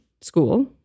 school